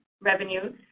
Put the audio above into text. revenue